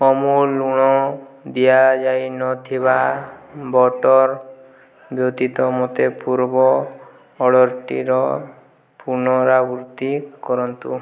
ଅମୁଲ ଲୁଣ ଦିଆଯାଇନଥିବା ବଟର୍ ବ୍ୟତୀତ ମୋତେ ପୂର୍ବ ଅର୍ଡ଼ର୍ଟିର ପୁନରାବୃତ୍ତି କରନ୍ତୁ